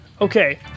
Okay